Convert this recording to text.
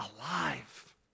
alive